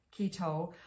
keto